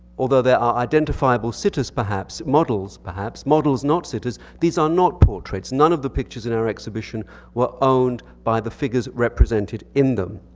although there are identifiable sitters perhaps, models perhaps, models not sitters, these are not portraits. none of the pictures in our exhibition were owned by the figures represented in them.